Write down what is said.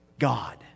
God